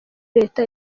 leta